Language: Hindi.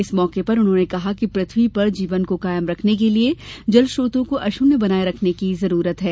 इस मौके पर उन्होंने कहा कि पृथ्वी पर जीवन को कायम रखने के लिये जल स्त्रोतों को अक्षुण्य बनाये रखने की जरूरत है